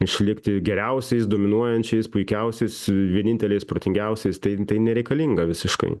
išlikti geriausiais dominuojančiais puikiausiais vieninteliais protingiausiais tai tai nereikalinga visiškai